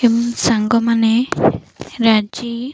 ଏବଂ ସାଙ୍ଗମାନେ ରାଜି